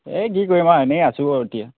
এই কি কৰিম আৰু এনেই আছোঁ আৰু এতিয়া